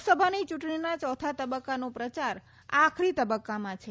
લોકસભાની ચૂંટણીના ચોથા તબક્કાનો પ્રચાર આખરી તબક્કામાં છે